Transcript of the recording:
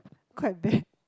quite bad